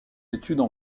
études